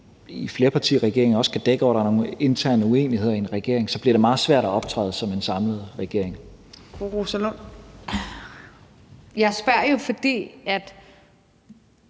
i flerpartiregeringer også kan dække over nogle interne uenigheder; så bliver det meget svært at optræde som en samlet regering. Kl. 15:52 Tredje